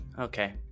Okay